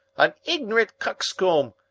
an ignorant coxcomb,